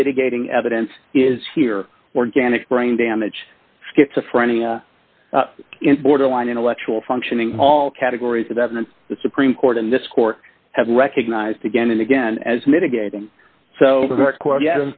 the mitigating evidence is here organic brain damage schizophrenia borderline intellectual functioning all categories of evidence the supreme court in this court has recognized again and again as mitigating so that qu